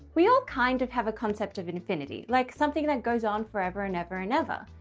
we all kind of have a concept of infinity, like something that goes on forever and ever and ever.